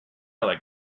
like